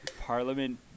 Parliament